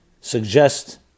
suggest